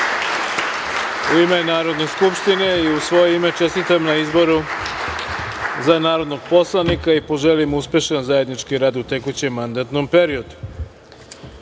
u ime Narodne skupštine i u svoje ime, čestitam na izboru za narodnog poslanika i poželim uspešan zajednički rad u tekućem mandatnom periodu. Pošto,